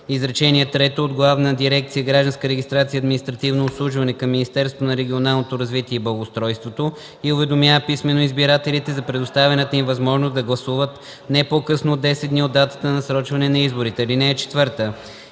регистрация и административно обслужване” към Министерството на регионалното развитие и благоустройството и уведомява писмено избирателите за предоставената им възможност да гласуват, не по-късно от 10 дни от датата на насрочване на изборите. (4)